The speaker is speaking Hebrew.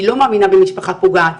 אני לא מאמינה במשפחה פוגעת,